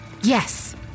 Yes